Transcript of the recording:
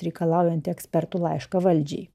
reikalaujantį ekspertų laišką valdžiai